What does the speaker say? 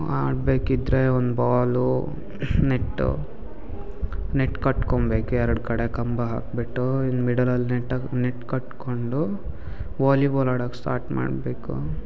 ಆಡಬೇಕಿದ್ರೆ ಒಂದು ಬಾಲು ನೆಟ್ಟು ನೆಟ್ ಕಟ್ಕೊಂಬೇಕು ಎರಡು ಕಡೆ ಕಂಬ ಹಾಕಿಬಿಟ್ಟು ಇನ್ನು ಮಿಡಲಲ್ಲಿ ನೆಟ್ ಆ ನೆಟ್ ಕಟ್ಟಿಕೊಂಡು ವಾಲಿಬಾಲ್ ಆಡಕ್ಕೆ ಸ್ಟಾರ್ಟ್ ಮಾಡಬೇಕು